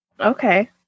Okay